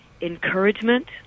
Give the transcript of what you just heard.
encouragement